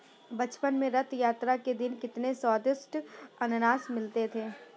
बचपन में रथ यात्रा के दिन कितने स्वदिष्ट अनन्नास मिलते थे